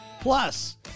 Plus